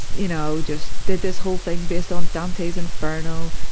you know, just did this whole thing based on dante's inferno,